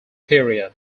period